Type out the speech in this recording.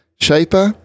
shaper